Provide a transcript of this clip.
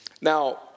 Now